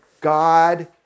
God